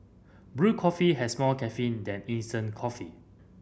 brewed coffee has more caffeine than instant coffee